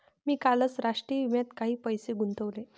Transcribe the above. मी कालच राष्ट्रीय विम्यात काही पैसे गुंतवले